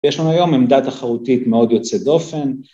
‫ויש לנו היום עמדת החרוטית ‫מאוד יוצאת דופן.